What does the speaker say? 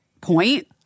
point